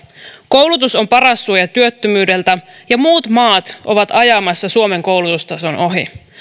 koulutus on paras suoja työttömyydeltä ja muut maat ovat ajamassa suomen koulutustason ohi